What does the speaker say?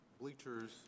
Bleachers